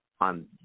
on